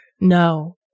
No